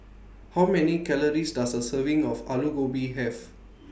How Many Calories Does A Serving of Alu Gobi Have